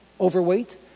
overweight